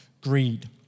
greed